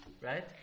right